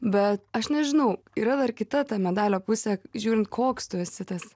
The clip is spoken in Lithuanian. bet aš nežinau yra dar kita ta medalio pusė žiūrint koks tu esi tas